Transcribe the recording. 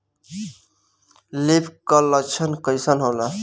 Leaf curl लक्षण कइसन होला?